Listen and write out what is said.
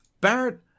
Barrett